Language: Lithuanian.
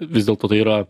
vis dėlto tai yra